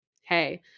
Hey